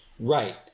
Right